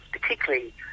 particularly